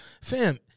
Fam